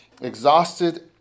Exhausted